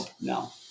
no